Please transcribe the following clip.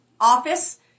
office